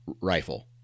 rifle